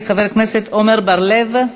חבר הכנסת עמר בר-לב,